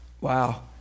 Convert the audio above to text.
wow